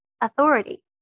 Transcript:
authority